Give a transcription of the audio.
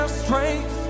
strength